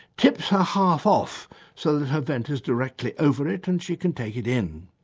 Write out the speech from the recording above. tips her half off so that her vent is directly over it and she can take it in.